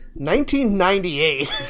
1998